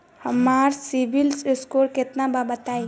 हमार CIBIL score केतना बा बताईं?